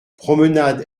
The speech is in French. promenade